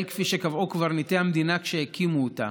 כפי שקבעו קברניטי המדינה כשהקימו אותה,